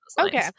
okay